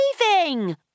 leaving